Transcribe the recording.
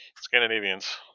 Scandinavians